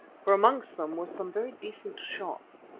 for amongst them were some very decent shots.